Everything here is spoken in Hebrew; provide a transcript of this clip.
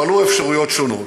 הועלו אפשרויות שונות,